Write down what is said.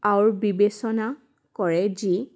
R বিবেচনা কৰে যি